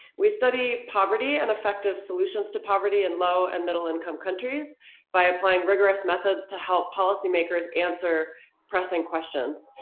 we study poverty and effective solutions to poverty in low and middle income countries by applying rigorous methods to help policy makers answer pressing questions.